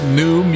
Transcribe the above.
new